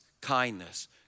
kindness